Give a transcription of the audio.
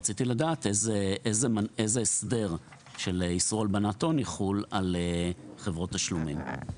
רציתי לדעת: איזה הסדר של איסור הלבנת הון יחול על חברות תשלומים?